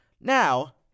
Now